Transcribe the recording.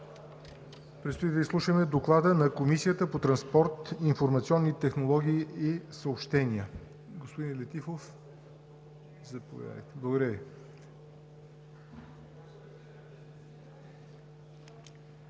Предстои да изслушаме Доклада на Комисията по транспорт, информационни технологии и съобщения.